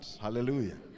hallelujah